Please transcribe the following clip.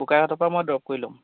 বোকাঘাটৰপৰা মই ড্ৰপ কৰি ল'ম